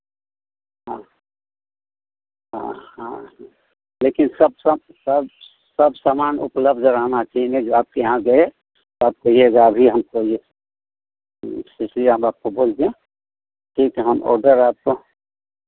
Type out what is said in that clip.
हाँ हाँ हाँ लेकिन सब सब सब सब सामान उपलब्ध रहना चाहिए नहीं जो आपके यहाँ गए तो आप कहिएगा अभी हमको ये सिसी हम आपको बोल दें ठीक है हम ऑर्डर आपको